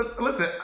Listen